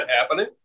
happening